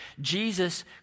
Jesus